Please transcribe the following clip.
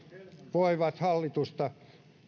voivat auttaa hallitusta